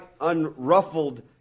unruffled